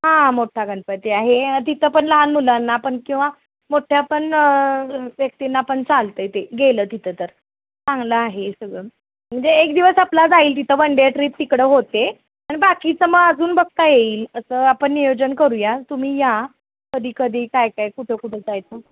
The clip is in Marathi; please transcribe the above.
हां मोठा गणपती आहे अं तिथं पण लहान मुलांना आपण किंवा मोठ्या पण व्यक्तींना पण चालतं आहे ते गेलं तिथं तर चांगलं आहे सगळं म्हणजे एक दिवस आपला जाईल तिथं वन डे ट्रिप तिकडं होते आणि बाकीचं मग अजून बघता येईल असं आपण नियोजन करूया तुम्ही या कधी कधी काय काय कुठं कुठं जायचं